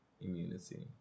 Immunity